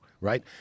right